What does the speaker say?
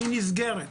היא נסגרת,